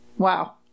Wow